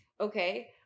Okay